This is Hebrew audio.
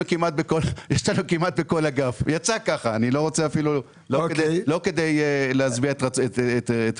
כמעט בכל אגף, יצא כך, לא כדי להשביע את רצונך.